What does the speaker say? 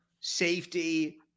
safety